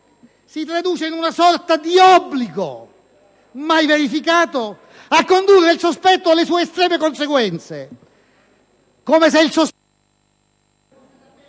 si traduce in una sorta di obbligo mai verificato a condurre il sospetto alle sue estreme conseguenze, come se il sospetto